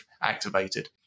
activated